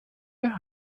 der